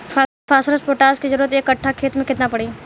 Phosphorus potash के जरूरत एक कट्ठा खेत मे केतना पड़ी?